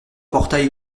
portail